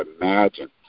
imagine